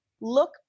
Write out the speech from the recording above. look